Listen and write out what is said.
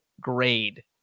grade